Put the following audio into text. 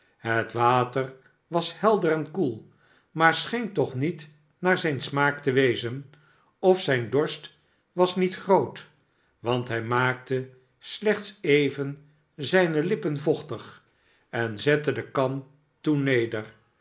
het water was helder en koel maar scheen toch niet naar zijn smaak te wezen of zijn dorst was niet groot want hij maakte slechts even zijne lippen vochtig en zette de kan